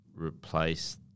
replace